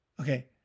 okay